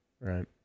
Right